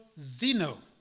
Zeno